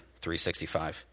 365